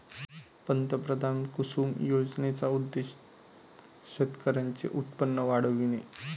पंतप्रधान कुसुम योजनेचा उद्देश शेतकऱ्यांचे उत्पन्न वाढविणे